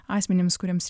asmenims kuriems